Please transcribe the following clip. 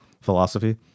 philosophy